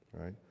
right